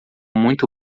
muito